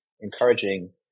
encouraging